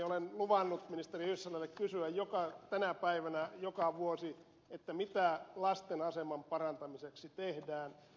olen luvannut ministeri hyssälälle kysyä tänä päivänä joka vuosi mitä lasten aseman parantamiseksi tehdään